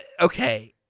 Okay